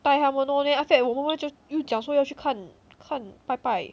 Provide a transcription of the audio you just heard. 带他们 lor then after that 我妈妈就又讲说要去看看拜拜